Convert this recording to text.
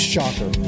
Shocker